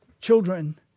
children